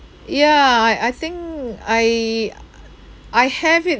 ya I I think I I have it